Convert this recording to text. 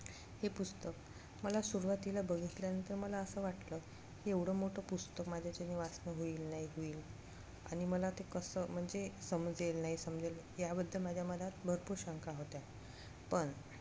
हे पुस्तक मला सुरवातीला बघितल्यानंतर मला असं वाटलं की एवढं मोठं पुस्तक माझ्याच्याने वाचणं होईल नाही होईल आणि मला ते कसं म्हणजे समजेल नाही समजेल याबद्दल माझ्या मनात भरपूर शंका होत्या पण